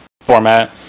format